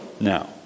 now